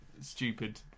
stupid